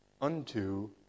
unto